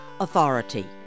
authority